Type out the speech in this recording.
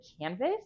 canvas